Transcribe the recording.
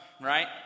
right